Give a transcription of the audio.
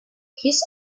his